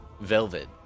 Velvet